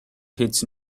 hit